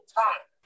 time